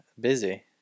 busy